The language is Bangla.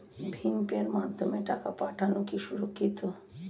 ভিম পের মাধ্যমে টাকা পাঠানো কি সুরক্ষিত?